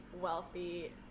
wealthy